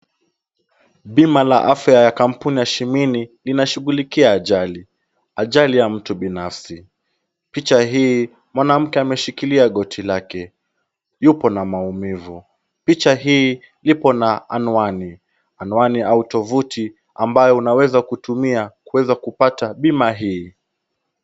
Bima la afya ya kampuni ya Shimini linashughulikia ajali, ajali ya mtu binafsi. Picha hii, mwanamke ameshikilia goti lake. Yupo na maumivu. Picha hii ipo na anwani. Anwani au tuvuti ambayo unaweza kutumia kuweza kupata bima hii.